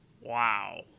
wow